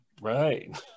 right